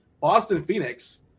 Boston-Phoenix